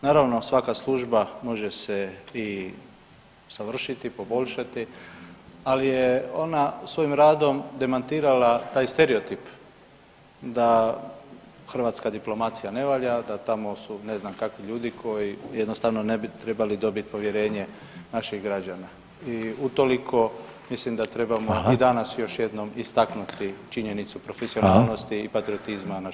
Naravno svaka služba može se i usavršiti i poboljšati, ali je ona svojim radom demantirala taj stereotip da hrvatska diplomacija ne valja, da tamo su ne znam kakvi ljudi koji jednostavno ne bi trebali dobit povjerenje naših građana i utoliko mislim da trebamo i danas još jednom istaknuti činjenicu profesionalnosti i patriotizma naših diplomata.